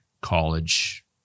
college